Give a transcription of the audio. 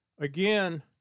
Again